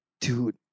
Dude